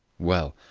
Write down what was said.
well,